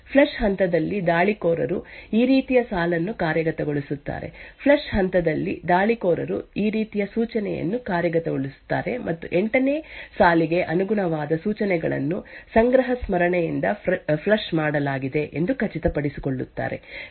flush ಹಂತದಲ್ಲಿ ದಾಳಿಕೋರರು ಈ ರೀತಿಯ ಸಾಲನ್ನು ಕಾರ್ಯಗತಗೊಳಿಸುತ್ತಾರೆ ಫ್ಲಶ್ ಹಂತದಲ್ಲಿ ದಾಳಿಕೋರರು ಈ ರೀತಿಯ ಸೂಚನೆಯನ್ನು ಕಾರ್ಯಗತಗೊಳಿಸುತ್ತಾರೆ ಮತ್ತು 8 ನೇ ಸಾಲಿಗೆ ಅನುಗುಣವಾದ ಸೂಚನೆಗಳನ್ನು ಸಂಗ್ರಹ ಸ್ಮರಣೆಯಿಂದ ಫ್ಲಶ್ ಮಾಡಲಾಗಿದೆ ಎಂದು ಖಚಿತಪಡಿಸಿಕೊಳ್ಳುತ್ತಾರೆ